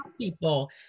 people